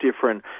different